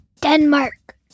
Denmark